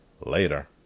Later